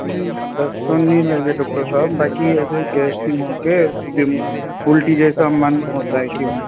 नहीं दस्त तो नहीं लगे डॉक्टर साहब बाकि ऐसे गैसटींग हो के बिम उल्टी जैसा मन होता है कि